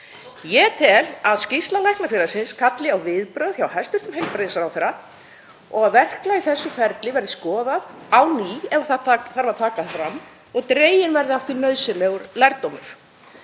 Ég tel að skýrsla Læknafélagsins kalli á viðbrögð hjá hæstv. heilbrigðisráðherra og að verklag í þessu ferli verði skoðað á ný, ef það þarf að taka það fram, og dreginn verði af því nauðsynlegur lærdómur.